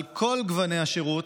על כל גוני השירות,